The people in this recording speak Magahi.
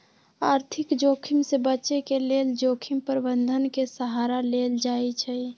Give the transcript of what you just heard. आर्थिक जोखिम से बचे के लेल जोखिम प्रबंधन के सहारा लेल जाइ छइ